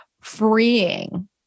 freeing